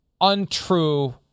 untrue